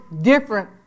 different